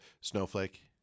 Snowflake